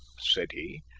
said he.